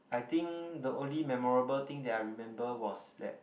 I think the only memorable thing that I remember was that